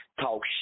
talk